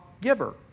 giver